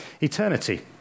eternity